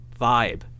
vibe